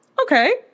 okay